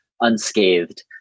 unscathed